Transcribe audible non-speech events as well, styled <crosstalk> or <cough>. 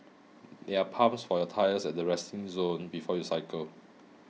<noise> there are pumps for your tyres at the resting zone before you cycle